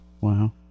Wow